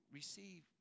receive